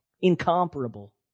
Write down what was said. incomparable